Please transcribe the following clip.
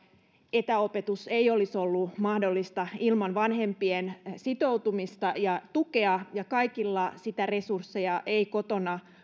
etäopetus ei olisi ollut mahdollista ilman vanhempien sitoutumista ja tukea ja kaikilla niitä resursseja ei kotona